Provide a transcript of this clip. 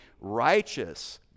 righteous